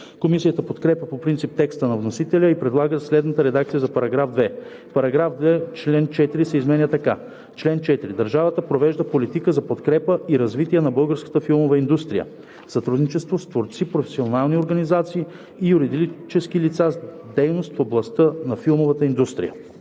Комисията подкрепя по принцип текста на вносителя и предлага следната редакция за § 2: „§ 2. Член 4 се изменя така: „Чл. 4. Държавата провежда политика за подкрепа и развитие на българската филмова индустрия в сътрудничество с творци, професионални организации и юридически лица с дейност в областта на филмовата индустрия.“